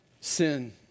Sin